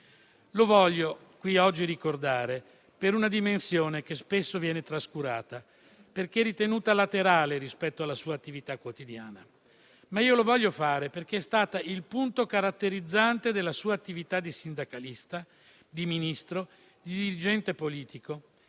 lo voglio qui oggi ricordare per una dimensione che, spesso, viene trascurata, perché ritenuta laterale rispetto alla sua attività quotidiana. Ma io lo voglio fare, perché essa è stata il punto caratterizzante della sua attività di sindacalista, di Ministro, di dirigente politico